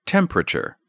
Temperature